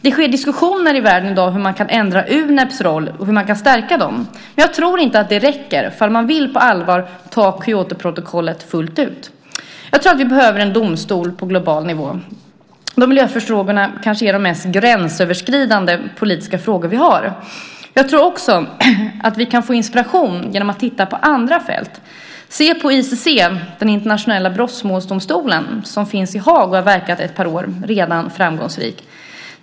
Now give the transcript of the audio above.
Det sker diskussioner i världen i dag hur man kan ändra Uneps roll och hur man kan stärka den. Men jag tror inte att det räcker ifall man på allvar vill anta Kyotoprotokollet fullt ut. Jag tror att vi behöver en domstol på global nivå, eftersom miljöförstöringsfrågorna kanske är de mest gränsöverskridande politiska frågor vi har. Jag tror också att vi kan få inspiration genom att titta på andra fält. Se på ICC, den internationella brottmålsdomstolen som finns i Haag och har verkat ett par år och redan är framgångsrik.